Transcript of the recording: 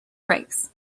brakes